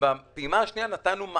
הייתי